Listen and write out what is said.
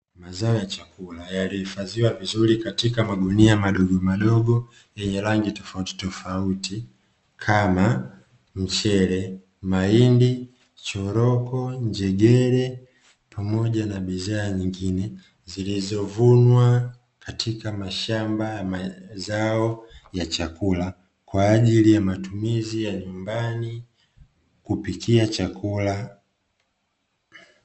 Mazao ya chakula yaliifadhiwa vizuri katika magunia madogomadogo yenye rangi tofautitofauti kama: mchele, mahindi, choroko, njegere pamoja na bidha nyingine, zilizovunwa katika mashamba ya mazao ya chakula, kwa ajili ya matumizi ya nyumbani kupikia chakula.